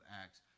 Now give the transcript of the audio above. Acts